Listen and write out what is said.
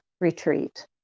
retreat